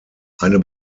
eine